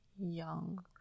young